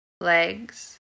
legs